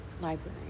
library